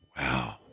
Wow